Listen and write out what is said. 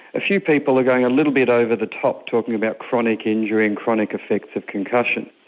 a few people are going a little bit over the top talking about chronic injury and chronic effects of concussion.